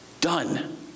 done